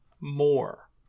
more